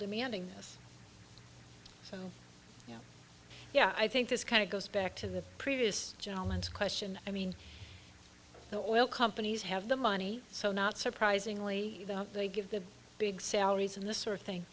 demanding this so yeah yeah i think this kind of goes back to the previous gentleman's question i mean the oil companies have the money so not surprisingly they give the big salaries and this sort of thing